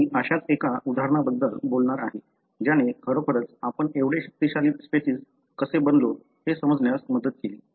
मी अशाच एका उदाहरणाबद्दल बोलणार आहे ज्याने खरोखरच आपण एवढे शक्तिशाली स्पेसिस कसे बनलो हे समजण्यास मदत केली